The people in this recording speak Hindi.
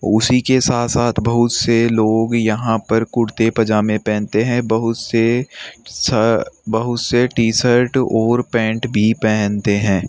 उसी के साथ साथ बहुत से लोग यहा पर कुर्ते पैजामे पहनते हैं बहुत से श बहुत से टी शर्ट और पैन्ट भी पहनते हैं